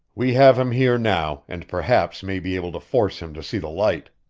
we have him here now and perhaps may be able to force him to see the light.